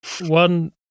one